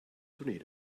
tornado